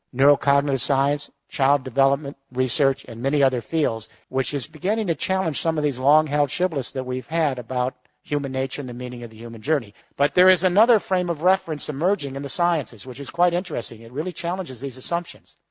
neurocognitive science, child development, research, and many other fields which is beginning to challenge some of these long-held shibboleths that we've had about human nature and the meaning of the human journey. but there is another frame of reference emerging in and the sciences which is quite interesting. it really challenges these assumptions,